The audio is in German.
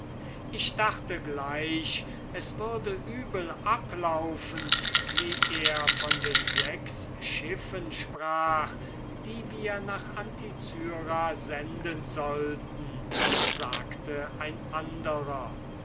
ich dachte gleich es würde übel ablaufen wie er von den sechs schiffen sprach die wir nach anticyra senden sollten sagte ein anderer